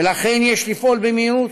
ולכן יש לפעול במהירות,